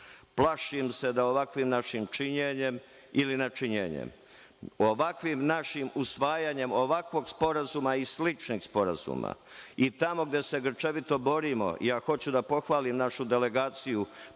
se da ovakvim našim činjenjem ili nečinjenjem, ovakvim našim usvajanjem ovakvog sporazuma i sličnih sporazuma, i tamo gde se grčevito borimo, ja hoću da pohvalim našu delegaciju,